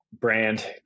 brand